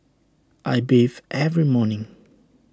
I bathe every morning